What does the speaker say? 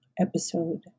episode